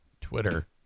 Twitter